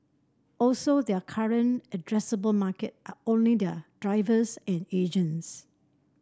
also their current addressable market are only their drivers end agents